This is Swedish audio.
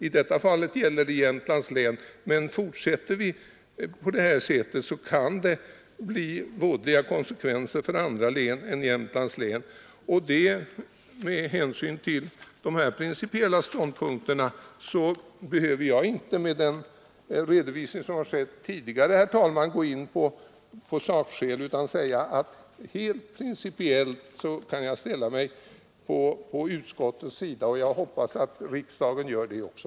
I detta fall gäller det Jämtlands län, men fortsätter vi på detta vis kan det bli vådliga konsekvenser för andra län också. Med hänvisning till dessa principiella ståndpunkter och den redovisning som har lämnats tidigare behöver jag, herr talman, inte gå in på sakskälen, utan jag kan helt principiellt ställa mig på utskottets sida. Jag hoppas att riksdagen gör det också.